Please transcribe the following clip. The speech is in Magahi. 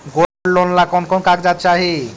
गोल्ड लोन ला कौन कौन कागजात चाही?